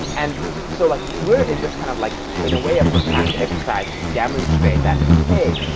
and so like we're in this kind of like in a way, a protract exercise to demonstrate that, hey,